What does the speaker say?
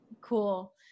Cool